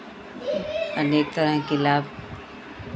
अनेक तरह के लाभ